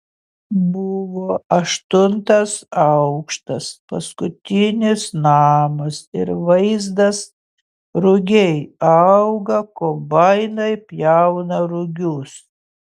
buvo aštuntas aukštas paskutinis namas ir vaizdas rugiai auga kombainai pjauna rugius